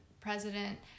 president